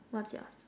what's yours